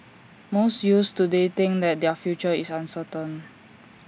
most youths today think that their future is uncertain